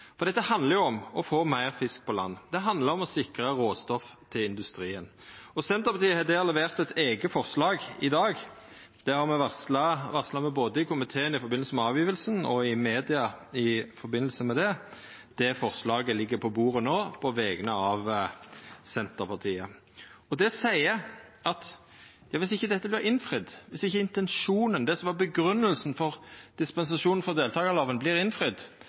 For dette handlar om å få meir fisk på land. Det handlar om å sikra råstoff til industrien. Senterpartiet har levert eit eige forslag i dag – det varsla me både i komiteen i samband med avgjevinga og i media. Det forslaget ligg på bordet no på vegner av Senterpartiet. Det seier at viss ikkje dette vert innfridd – viss ikkje intensjonen, det som var grunngjevinga for dispensasjonen frå deltakarloven, vert innfridd